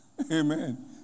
Amen